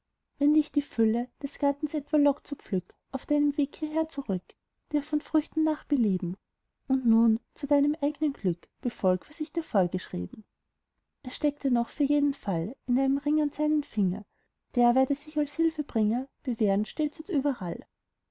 wenn dich die fülle des gartens etwa lockt so pflück auf deinem weg hierher zurück dir von den früchten nach belieben und nun zu deinem eignen glück befolg was ich dir vorgeschrieben er steckte noch für jeden fall ihm einen ring an seinen finger der werde sich als hilfebringer bewähren stets und überall